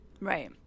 Right